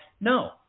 No